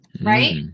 Right